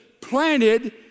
planted